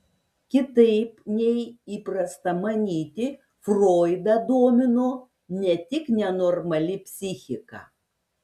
kitaip nei įprasta manyti froidą domino ne tik nenormali psichika